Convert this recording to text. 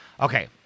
Okay